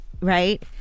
right